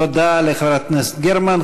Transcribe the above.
תודה לחברת הכנסת גרמן.